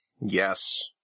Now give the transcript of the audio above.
Yes